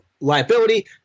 liability